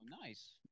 Nice